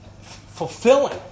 fulfilling